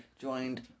joined